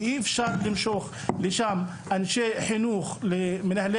ואי אפשר למשוך לשם אנשי חינוך למנהלי